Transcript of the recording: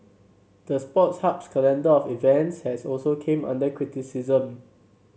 the Sports Hub's calendar of events has also came under criticism